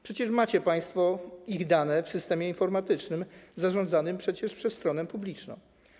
Przecież macie państwo ich dane w systemie informatycznym zarządzanym przez stronę publiczną.